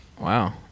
Wow